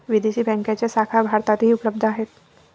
विदेशी बँकांच्या शाखा भारतातही उपलब्ध आहेत